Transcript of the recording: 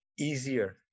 easier